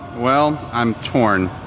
well, i'm torn.